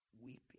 weeping